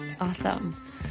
Awesome